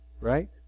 Right